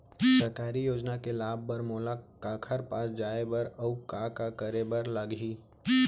सरकारी योजना के लाभ बर मोला काखर पास जाए बर अऊ का का करे बर लागही?